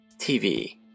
TV